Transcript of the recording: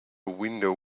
window